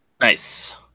Nice